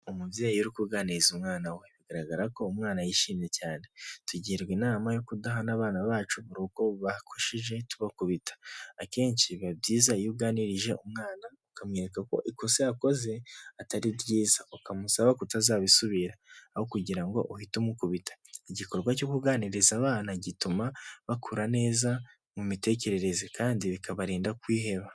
Umubyeyi uri kuganiriza umwana we bigaragara ko umwana yishimye cyane tugirwa inama yo kudahana abana bacu mu rugo bakosheje tubakubita, akenshi biba byiza iyo uganirije umwana ukamwereka ko ikosa yakoze atari ryiza ukamusaba kutazabisubira aho kugira ngo uhite umukubita, igikorwa cyo kuganiriza abana gituma bakura neza mu mitekerereze kandi bikabarinda kwiheba.